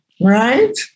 right